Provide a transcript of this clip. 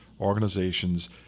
organizations